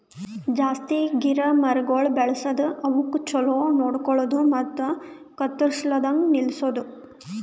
ಜಾಸ್ತಿ ಗಿಡ ಮರಗೊಳ್ ಬೆಳಸದ್, ಅವುಕ್ ಛಲೋ ನೋಡ್ಕೊಳದು ಮತ್ತ ಕತ್ತುರ್ಸದ್ ನಿಲ್ಸದು